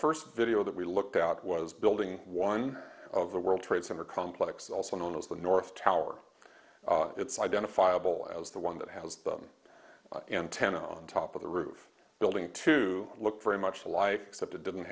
first video that we looked at was building one of the world trade center complex also known as the north tower it's identifiable as the one that has the antenna on top of the roof building to look very much life except it didn't